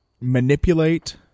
manipulate